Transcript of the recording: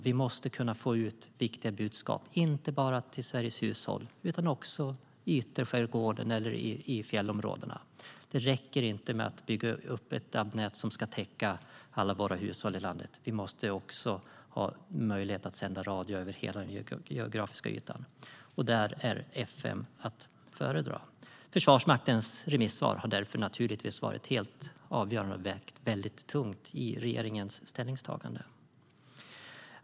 Vi måste kunna få ut viktiga budskap, inte bara till Sveriges hushåll utan också i ytterskärgården eller i fjällområdena. Det räcker inte med att bygga upp ett DAB-nät som ska täcka alla våra hushåll i landet. Vi måste också ha möjlighet att sända radio över hela den geografiska ytan. Där är fm att föredra. Försvarsmaktens remissvar har naturligtvis varit helt avgörande och vägt väldigt tungt i regeringens ställningstagande.